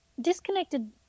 disconnected